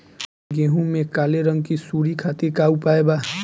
गेहूँ में काले रंग की सूड़ी खातिर का उपाय बा?